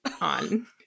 On